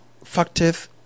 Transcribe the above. factors